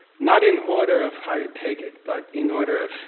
not in order of how you take it, but in order of